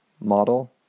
Model